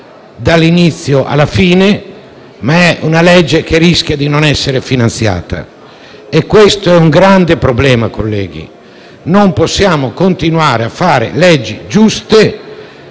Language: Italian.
dall'inizio alla fine, ma che rischia di non essere finanziata e questo è un grande problema, colleghi. Non possiamo continuare a fare leggi giuste,